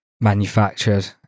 manufactured